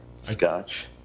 Scotch